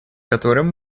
которым